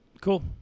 Cool